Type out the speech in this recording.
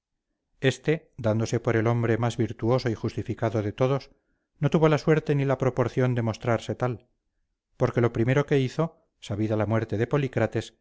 este dándose por el hombre más virtuoso y justificado de todos no tuvo la suerte ni la proporción de mostrarse tal porque lo primero que hizo sabida la muerte de polícrates fue